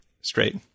straight